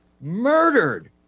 murdered